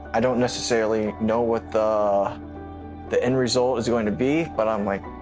i don't necessarily know what the the end result is going to be, but i'm, like,